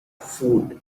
food